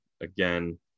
again